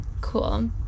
cool